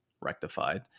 rectified